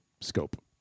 scope